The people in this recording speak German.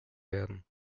werden